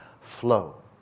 flow